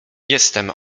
jestem